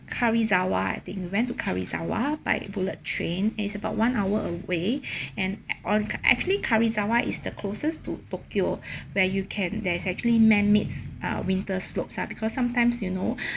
karuizawa I think we went to karuizawa by a bullet train is about one hour away and ac~ on ka~ actually karuizawa is the closest to tokyo where you can there is actually man-mades uh winter slopes ah because sometimes you know